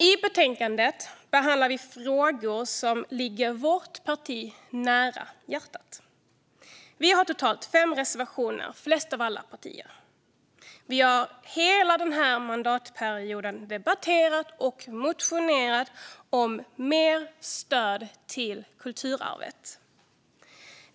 I betänkandet behandlar vi frågor som ligger vårt parti nära hjärtat. Vi har totalt fem reservationer, flest av alla partier. Vi har hela den här mandatperioden debatterat och motionerat om mer stöd till kulturarvet.